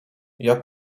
jak